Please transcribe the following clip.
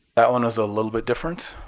that one is a little bit different,